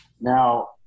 Now